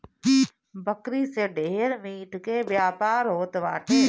बकरी से ढेर मीट के व्यापार होत बाटे